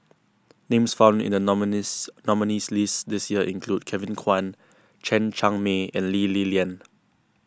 names found in the nominees nominees' list this year include Kevin Kwan Chen Cheng Mei and Lee Li Lian